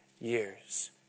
years